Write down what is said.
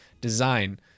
design